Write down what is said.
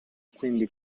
quindi